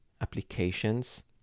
applications